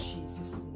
Jesus